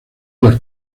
las